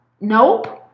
nope